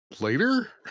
later